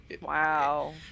Wow